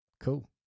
Cool